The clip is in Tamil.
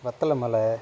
வத்தலை மலை